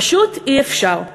פשוט אי-אפשר.